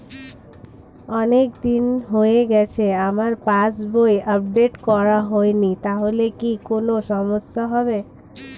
অনেকদিন হয়ে গেছে আমার পাস বই আপডেট করা হয়নি তাহলে কি কোন সমস্যা হবে?